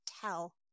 tell